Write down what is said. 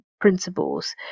principles